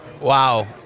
Wow